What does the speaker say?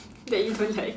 that you don't like